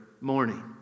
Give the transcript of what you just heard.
morning